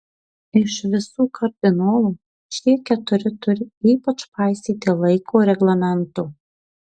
iš visų kardinolų šie keturi turi ypač paisyti laiko reglamento